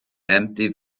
empty